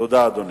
תודה, אדוני.